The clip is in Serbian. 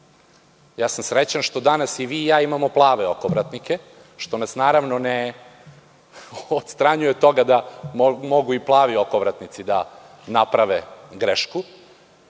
Srećan sam što danas i vi i ja imamo plave okovratnike, što nas, naravno, ne odstranjuje od toga da mogu i plavi okovratnici da naprave grešku. Siguran